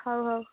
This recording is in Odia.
ହଉ ହଉ